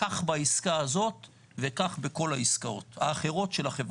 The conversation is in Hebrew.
כך בעסקה הזאת וכך בכל העסקאות האחרות של החברה.